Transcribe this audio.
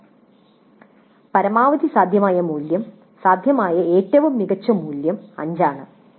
6 പരമാവധി സാധ്യമായ മൂല്യം സാധ്യമായ ഏറ്റവും മികച്ച മൂല്യം 5 ആണ്